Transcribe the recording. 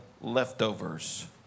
leftovers